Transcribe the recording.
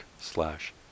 slash